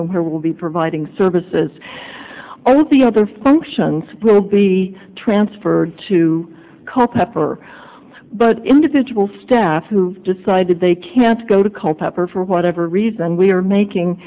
room here will be providing services all of the other functions will be transferred to culpepper but individual staff who decided they can't go to culpepper for whatever reason we are making